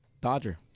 Dodger